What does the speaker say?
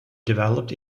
developed